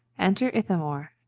enter ithamore.